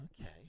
okay